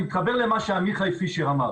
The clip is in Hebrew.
אני מכוון למה שעמיחי פישר אמר,